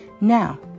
Now